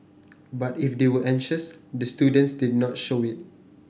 but if they were anxious the students did not show it